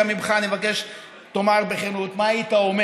גם ממך אני מבקש שתאמר בכנות מה היית אומר